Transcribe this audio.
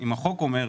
ואם החוק אומר,